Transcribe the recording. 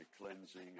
cleansing